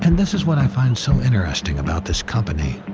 and this is what i find so interesting about this company.